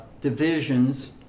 divisions